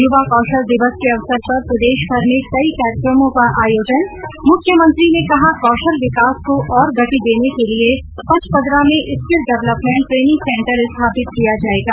यूवा कौशल दिवस के अवसर पर प्रदेशभर में कई कार्यक्रमों का आयोजन मुख्यमंत्री ने कहा कौशल विकास को और गति देने के लिये पचपदरा में स्कील डवलपमेंट ट्रेनिंग सेंटर स्थापित किया जायेगा